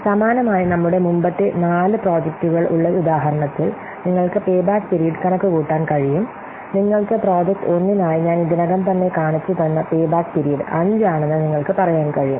സമാനമായി നമ്മുടെ മുമ്പത്തെ നാല് പ്രോജക്റ്റുകൾ ഉള്ള ഉദാഹരണത്തിൽ നിങ്ങൾക്ക് പേ ബാക്ക് പീരീഡ് കണക്കുകൂട്ടാൻ കഴിയും നിങ്ങൾക്ക് പ്രോജക്റ്റ് 1 നായി ഞാൻ ഇതിനകം തന്നെ കാണിച്ചുതന്ന പേ ബാക്ക് പീരീഡ് 5 ആണെന്ന് നിങ്ങൾക്ക് പറയാൻ കഴിയും